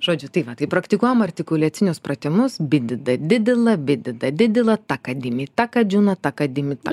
žodžiu tai va taip praktikuojam artikuliacinius pratimus bididadidilabididadidila ta kadimi ta kadžina ta kadimi ta